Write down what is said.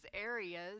areas